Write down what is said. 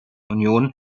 union